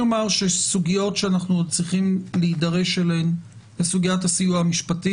סוגיות שאנחנו עוד צריכים להידרש אליהן הן סוגיית הסיוע המשפטי